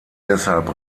deshalb